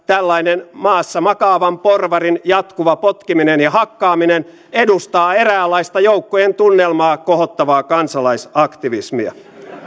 tällainen maassa makaavan porvarin jatkuva potkiminen ja hakkaaminen edustaa eräänlaista joukkojen tunnelmaa kohottavaa kansalaisaktivismia